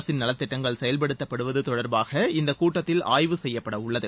அரசின் நலத்திட்டங்கள் செயல்படுத்தப்படுவது தொடர்பாக இந்த கூட்டத்தில் ஆய்வுசெய்யப்படவுள்ளது